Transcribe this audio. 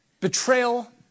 betrayal